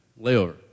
Layover